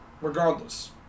Regardless